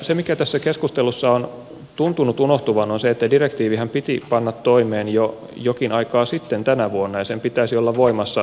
se mikä tässä keskustelussa on tuntunut unohtuvan on se että direktiivihän piti panna toimeen jo jokin aikaa sitten tänä vuonna ja sen pitäisi olla voimassa nyt vuoden taitteessa